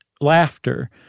laughter